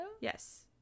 yes